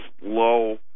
low